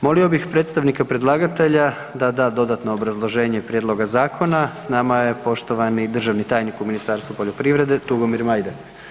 Molio bih predstavnika predlagatelja da da dodatno obrazloženje prijedloga zakona, s nama je poštovani državni tajnik u Ministarstvu poljoprivrede Tugomir Majdak.